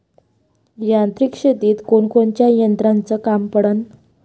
यांत्रिक शेतीत कोनकोनच्या यंत्राचं काम पडन?